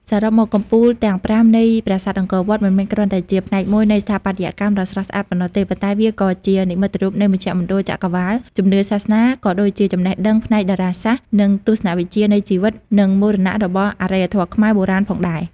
សរុបមក កំពូលទាំងប្រាំនៃប្រាសាទអង្គរវត្ត មិនមែនគ្រាន់តែជាផ្នែកមួយនៃស្ថាបត្យកម្មដ៏ស្រស់ស្អាតប៉ុណ្ណោះទេ ប៉ុន្តែវាក៏ជា និមិត្តរូបនៃមជ្ឈមណ្ឌលចក្រវាឡ ជំនឿសាសនា ក៏ដូចជាចំណេះដឹងផ្នែកតារាសាស្ត្រ និងទស្សនវិជ្ជានៃជីវិត និងមរណៈ របស់អរិយធម៌ខ្មែរបុរាណផងដែរ។